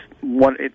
one